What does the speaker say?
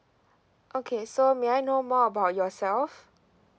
okay so may I know more about yourself